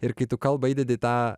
ir kai tu kalbą įdedi į tą